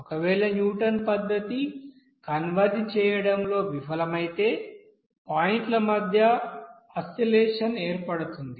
ఒకవేళ న్యూటన్ పద్ధతి కన్వర్జ్ చేయడంలో విఫలమైతే పాయింట్ల మధ్య ఆసిల్లేషన్ ఏర్పడుతుంది